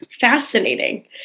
fascinating